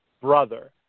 brother